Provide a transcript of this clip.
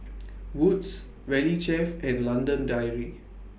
Wood's Valley Chef and London Dairy